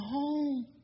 home